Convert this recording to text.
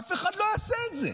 אף אחד לא יעשה את זה.